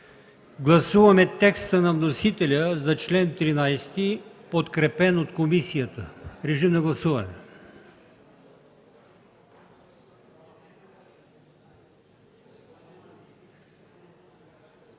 Гласуваме текста на вносителя за чл. 14, подкрепен от комисията. Гласували